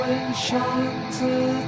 enchanted